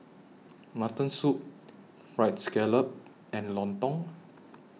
Mutton Soup Fried Scallop and Lontong